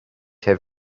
have